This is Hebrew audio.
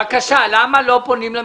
למה לא פונים למשרדים?